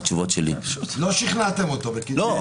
לא שכנעתם אותו, בקיצור.